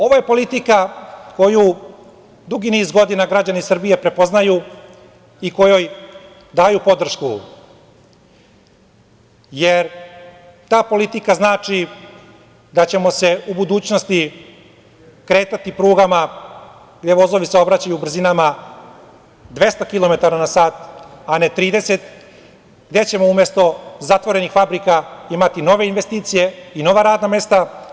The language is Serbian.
Ovo je politika koju dugi niz godina građani Srbije prepoznaju i kojoj daju podršku, jer ta politika znači da ćemo se u budućnosti kretati prugama gde vozovi saobraćaju brzinama 200 kilometara na sat, a ne 30, gde ćemo umesto zatvorenih fabrika imati nove investicije i nova radna mesta.